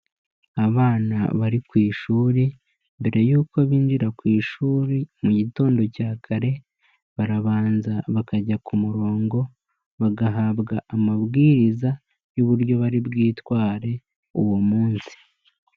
Abana bari ku ishuri mbere yuko binjira ku ishuri mu gitondo cya kare barabanza bakajya ku murongo bagahabwa amabwiriza y'uburyo bari bwitware uwo munsi.